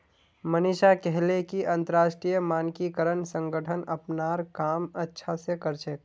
मनीषा कहले कि अंतरराष्ट्रीय मानकीकरण संगठन अपनार काम अच्छा स कर छेक